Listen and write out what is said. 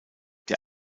der